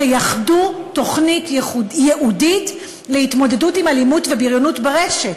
תייחדו תוכנית ייעודית להתמודדות עם אלימות ובריונות ברשת,